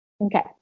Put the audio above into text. okay